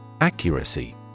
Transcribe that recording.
Accuracy